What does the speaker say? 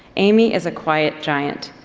amy is a quiet giant.